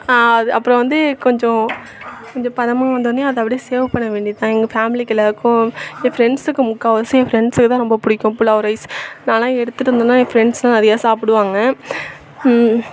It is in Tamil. அது அப்புறம் வந்து கொஞ்சம் கொஞ்சம் பதமாக வந்தோடன்னேயே அதை அப்படியே சர்வ் பண்ண வேண்டியதுதான் எங்கள் ஃபேமிலிக்கு எல்லாருக்கும் என் ஃப்ரண்ட்ஸ்க்கு முக்கால்வாசி என் ஃப்ரண்ட்ஸுக்கு தான் ரொம்ப பிடிக்கும் புலாவ் ரைஸ் நான்லாம் எடுத்துட்டு வந்தேன்னா என் ஃப்ரண்ட்ஸ்லாம் நிறைய சாப்பிடுவாங்க